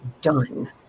Done